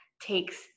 takes